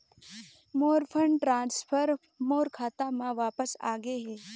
मोर fund transfer मोर खाता म वापस आ गे हे